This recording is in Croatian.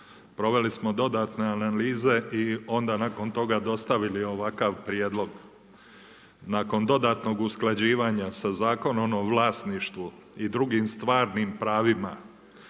Proveli smo dodatne analize i onda nakon toga dostavili ovakav prijedlog. Nakon dodatnog usklađivanja sa Zakonom o vlasništvu i drugim stvarnim pravima